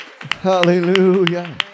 Hallelujah